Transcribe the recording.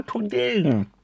today